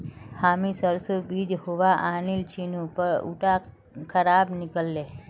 हामी सरसोर बीज बोवा आनिल छिनु पर उटा खराब निकल ले